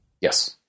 Yes